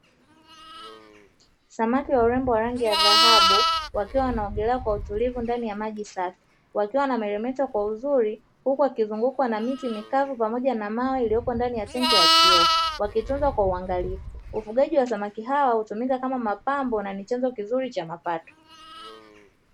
Samaki wa urembo wa rangi ya dhahabu wakiwa wanaogelea kwa utulivu ndani ya maji safi. Wakiwa wanameremeta kwa uzuri huku wakizungukwa na miti mikavu pamoja na mawe iliyo ndani ya tenki la kioo, wakitunzwa kwa uangaliafu. Ufugaji wa samaki hawa hutumika kama mapambo na ni chanzo kizuri cha mapato.